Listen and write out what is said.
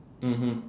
mmhmm